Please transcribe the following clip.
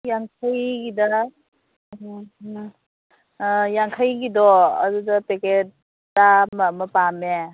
ꯌꯥꯡꯈꯩꯒꯤꯗ ꯎꯝ ꯎꯝ ꯌꯥꯡꯈꯩꯒꯤꯗꯣ ꯑꯗꯨꯗ ꯄꯦꯛꯀꯦꯠ ꯆꯥꯝꯃ ꯑꯃ ꯄꯥꯝꯃꯦ